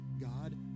God